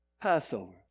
Passover